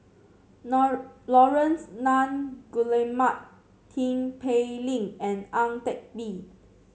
Laurence Nunn Guillemard Tin Pei Ling and Ang Teck Bee